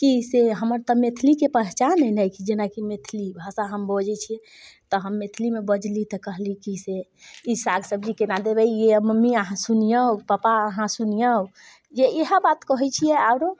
कि से हमर तऽ मैथिलीके पहचान हइ ने जेनाकि मैथिली भाषा हम बजै छिए तऽ हम मैथिलीमे बजली तऽ कहली कि से ई साग सब्जी कोना देबै मम्मी अहाँ सुनिऔ पप्पा अहाँ सुनिऔ जे इएह बात कहै छिए आओर